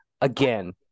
Again